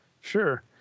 Sure